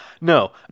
No